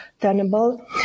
tenable